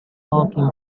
parking